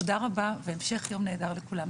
תודה רבה והמשך יום נהדר לכולם.